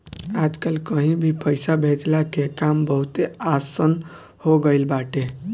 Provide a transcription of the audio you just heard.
आजकल कहीं भी पईसा भेजला के काम बहुते आसन हो गईल बाटे